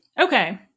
Okay